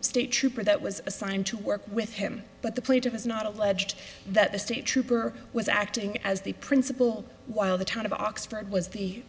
state trooper that was assigned to work with him but the plaintiff has not alleged that the state trooper was acting as the principal while the town of oxford was the